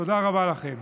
תודה רבה לכם.